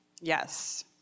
Yes